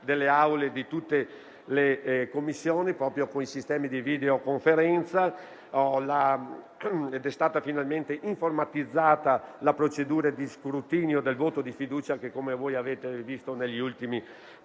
delle aule di tutte le Commissioni con i sistemi di videoconferenza. È stata finalmente informatizzata la procedura di scrutinio del voto di fiducia, come avete visto negli ultimi